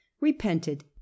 repented